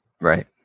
Right